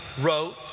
wrote